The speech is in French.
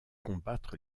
combattre